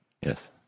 Yes